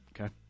okay